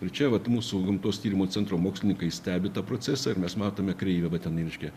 ir čia vat mūsų gamtos tyrimo centro mokslininkai stebi tą procesą ir mes matome kreivę va tenai reiškia